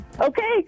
Okay